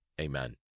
Amen